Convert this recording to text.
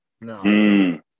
No